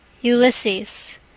Ulysses